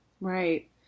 Right